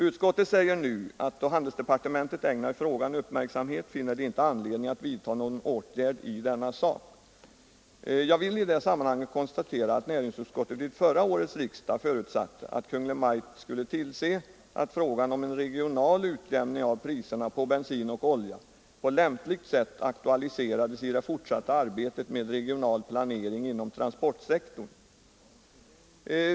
Utskottet säger att då handelsdepartementet ägnar frågan uppmärksamhet finns det inte anledning att vidta någon åtgärd i denna sak. Jag vill i det sammanhanget konstatera att näringsutskottet vid förra årets riksdag förutsatte att Kungl. Maj:t skulle tillse att frågan om en regional utjämning av priserna på bensin och olja på lämpligt sätt aktualiserades i det fortsatta arbetet med regional planering inom transportsektorn.